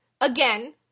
Again